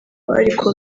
ariko